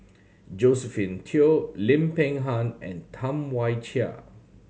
Josephine Teo Lim Peng Han and Tam Wai Jia